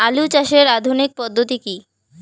আলু চাষের আধুনিক পদ্ধতি কি?